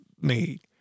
made